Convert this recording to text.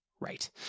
Right